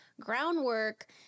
groundwork